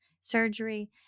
surgery